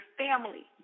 family